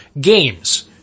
games